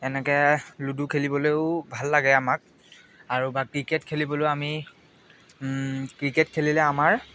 তেনেকৈ লুডু খেলিবলৈও ভাল লাগে আমাক আৰু বা ক্ৰিকেট খেলিবলৈও আমি ক্ৰিকেট খেলিলে আমাৰ